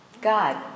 God